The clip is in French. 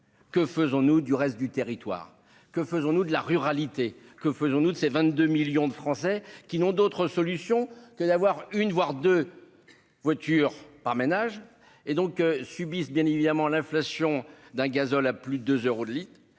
Que faisons-nous du reste du territoire ? Que faisons-nous de la ruralité ? Que faisons-nous de ces 22 millions de Français qui n'ont d'autre solution que d'avoir une, voire deux voitures par ménage et qui subissent par conséquent l'inflation, avec un gazole à plus de 2 euros le litre ?